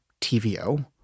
TVO